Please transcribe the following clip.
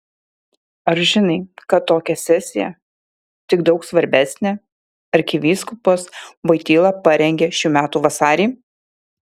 ar žinai kad tokią sesiją tik daug svarbesnę arkivyskupas voityla parengė šių metų vasarį